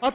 А